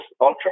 ultra